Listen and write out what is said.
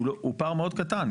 הוא פער מאוד קטן.